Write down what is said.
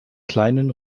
kleinen